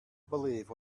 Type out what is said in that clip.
believe